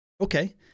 okay